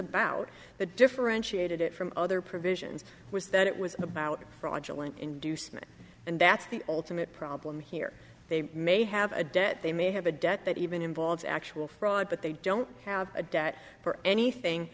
about the differentiated it from other provisions was that it was about fraudulent inducement and that's the ultimate problem here they may have a debt they may have a debt that even involves actual fraud but they don't have a debt or anything